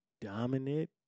dominant